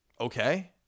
okay